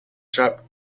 sharp